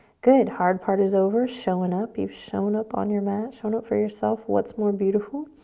good, hard part is over, showing up. you've shown up on your mat, shown up for yourself. what's more beautiful?